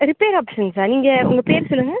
repair ஆப்ஷன்சாக நீங்கள் உங்கள் பேர் சொல்லுங்கள்